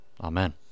Amen